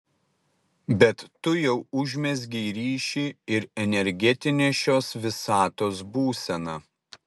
bet tu jau užmezgei ryšį ir energetinė šios visatos būsena